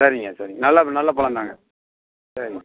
சரிங்க சரிங்க நல்லது நல்ல பழந்தாங்க சரிங்க